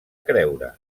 creure